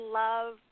love